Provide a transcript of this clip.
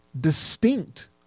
distinct